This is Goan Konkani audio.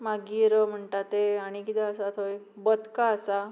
मागीर म्हणटा ते आनी कितें आसा थंय बदकां आसा